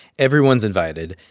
everyone's invited,